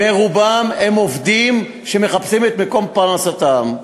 רובם עובדים שמחפשים את מקום פרנסתם,